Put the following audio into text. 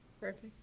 Perfect